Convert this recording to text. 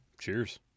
Cheers